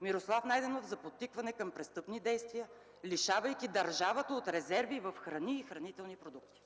Мирослав Найденов – за подтикване към престъпни действия, лишавайки държавата от резерви в храни и хранителни продукти?